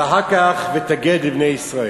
ואחר כך, "ותגד לבני ישראל".